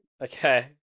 Okay